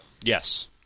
Yes